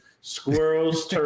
squirrels